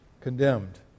condemned